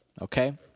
Okay